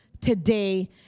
today